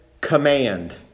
command